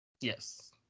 Yes